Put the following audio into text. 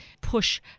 push